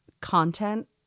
content